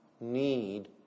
need